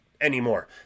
anymore